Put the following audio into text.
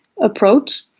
approach